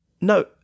No